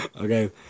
okay